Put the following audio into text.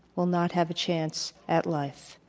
will not have a chance at life.